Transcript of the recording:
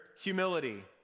humility